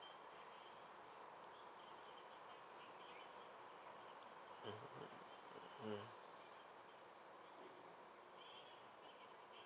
mmhmm mmhmm mm